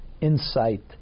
insight